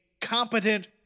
competent